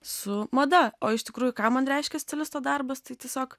su mada o iš tikrųjų ką man reiškia stilisto darbas tai tiesiog